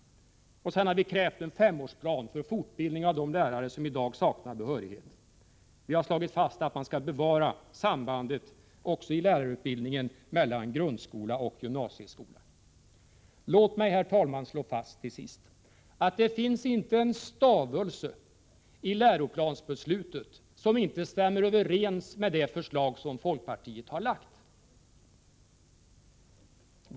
Vidare kräver vi en femårsplan för fortbildning av de lärare som i dag saknar behörighet. Vi slår fast att man skall bevara sambandet också i lärarutbildningen mellan grundskolan och gymnasieskolan. Låt mig, herr talman, slå fast till sist att det inte finns en stavelse i läroplansbeslutet som inte stämmer överens med de förslag som folkpartiet har lagt fram.